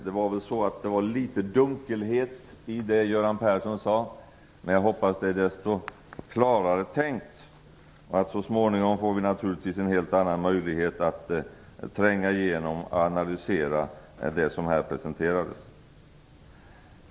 Det var väl litet dunkelhet i det som Göran Persson sade, men jag hoppas att det är desto klarare tänkt och att vi så småningom får en helt annan möjlighet att tränga igenom och analysera det som här har presenterats.